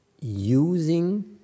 Using